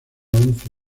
once